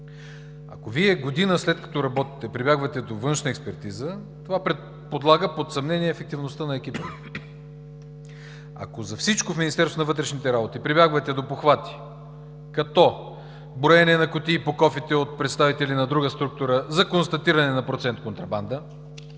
Ако Вие година след като работите, прибягвате до външна експертиза, това подлага под съмнение ефективността на екипа Ви. Ако за всичко в Министерството на вътрешните работи прибягвате до похвати като броене на кутии по кофите от представители на друга структура за констатиране на процент контрабанда,